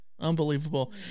Unbelievable